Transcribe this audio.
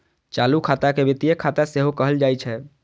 चालू खाता के वित्तीय खाता सेहो कहल जाइ छै